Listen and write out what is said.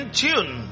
tune